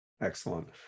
Excellent